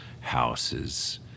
houses